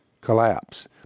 collapse